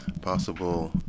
possible